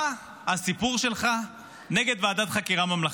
מה הסיפור שלך נגד ועדת חקירה ממלכתית?